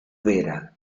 vera